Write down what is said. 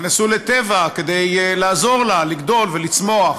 נכנסו לטבע, כדי לעזור לה לגדול ולצמוח,